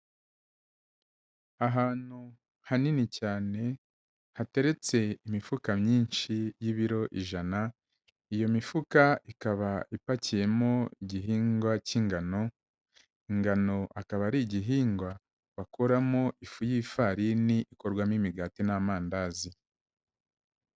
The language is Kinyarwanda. Ahantu hanini cyane, hateretse imifuka myinshi y'ibiro ijana, iyo mifuka ikaba ipakiyemo igihingwa cy'ingano, ingano akaba ari igihingwa bakoramo ifu y'ifarini ikorwamo imigati n'amandazi.